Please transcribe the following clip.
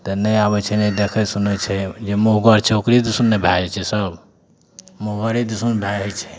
तऽ नहि आबय छै ने देखय सुनय छै जे मुँहगर छै ओकरे दिसन ने भए जाइ छै सब मुँहगरे दिसन भए जाइ छै